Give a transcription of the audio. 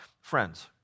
friends